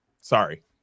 Sorry